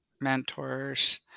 mentors